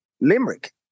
Limerick